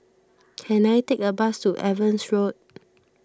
can I take a bus to Evans Road